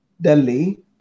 Delhi